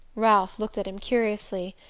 ralph looked at him curiously,